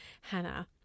Hannah